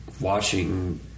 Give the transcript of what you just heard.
watching